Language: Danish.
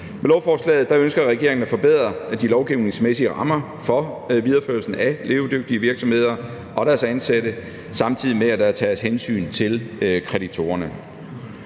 Med lovforslaget ønsker regeringen at forbedre de lovgivningsmæssige rammer for videreførelsen af levedygtige virksomheder og deres ansatte, samtidig med at der tages hensyn til kreditorerne.